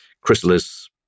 Chrysalis